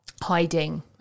hiding